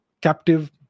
captive